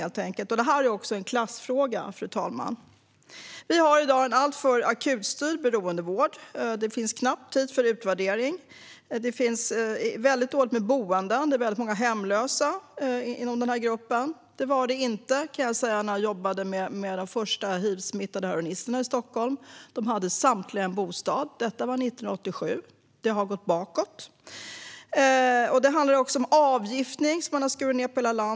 Det är också en klassfråga, fru talman. Vi har i dag en alltför akutstyrd beroendevård. Det finns knappt tid för utvärdering. Och det finns dåligt med boenden. Många i gruppen är hemlösa. Det var de inte när jag jobbade med de första hivsmittade heroinisterna i Stockholm. Samtliga hade bostad. Det var 1987. Det har gått bakåt. Det handlar också om avgiftning, som man har skurit ned på i hela landet.